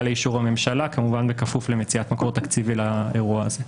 לאישור הממשלה כמובן בכפוף למציאת מקור תקציבי לאירוע הזה.